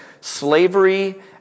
Slavery